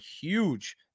huge